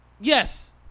Yes